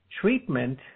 Treatment